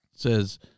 says